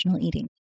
eating